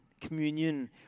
communion